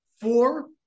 Four